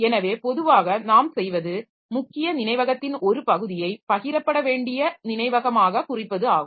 எனவே பொதுவாக நாம் செய்வது முக்கிய நினைவகத்தின் ஒரு பகுதியை பகிரப்பட வேண்டிய நினைவகமாக குறிப்பது ஆகும்